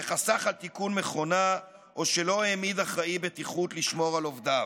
שחסך על תיקון מכונה או שלא העמיד אחראי בטיחות לשמור על עובדיו.